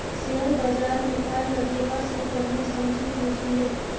share बजारमे पाय लगेबा सँ पहिने समझि बुझि ले